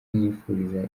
kumwifuriza